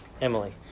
Emily